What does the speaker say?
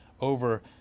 over